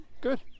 Good